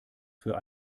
für